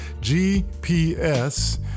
GPS